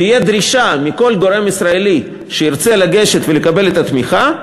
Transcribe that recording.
תהיה דרישה מכל גורם ישראלי שירצה לגשת ולקבל את התמיכה,